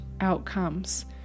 outcomes